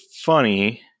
funny